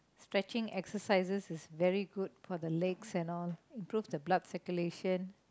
stretching exercises is very good for the legs and all improve the blood circulation